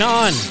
on